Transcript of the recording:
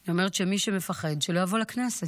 אני אומרת שמי שמפחד, שלא יבוא לכנסת.